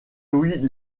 louis